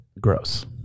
Gross